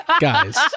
guys